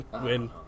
win